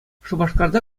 шупашкарта